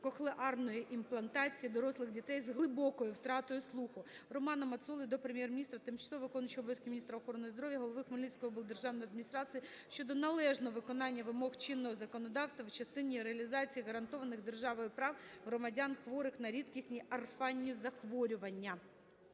кохлеарної імплантації дорослих дітей з глибокою втратою слуху. Романа Мацоли до Прем'єр-міністра, тимчасово виконуючої обов'язки міністра охорони здоров'я, голови Хмельницької облдержавної адміністрації щодо належного виконання вимог чинного законодавства в частині реалізації гарантованих державою прав громадян хворих на рідкісні (орфанні) захворювання.